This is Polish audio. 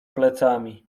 plecami